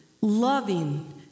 loving